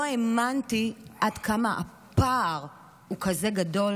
לא האמנתי עד כמה הפער הוא כזה גדול